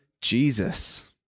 Jesus